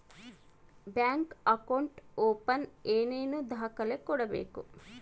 Bank account open ಏನೇನು ದಾಖಲೆ ಕೊಡಬೇಕು?